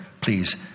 please